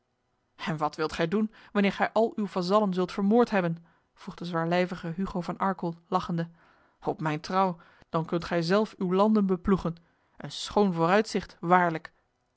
en wat zult gij doen wanneer gij al uw vazallen zult vermoord hebben vroeg de zwaarlijvige hugo van arkel lachende op mijn trouw dan kunt gij zelf uw landen beploegen een schoon vooruitzicht waarlijk